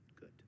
good